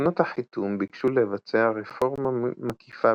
תקנות החיתום ביקשו לבצע רפורמה מקיפה